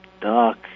dark